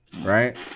right